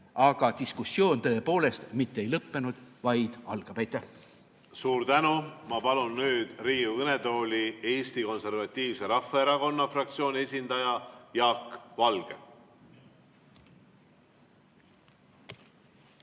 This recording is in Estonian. Aga diskussioon tõepoolest mitte ei lõppenud, vaid algab. Aitäh! Suur tänu! Ma palun nüüd Riigikogu kõnetooli Eesti Konservatiivse Rahvaerakonna fraktsiooni esindaja Jaak Valge.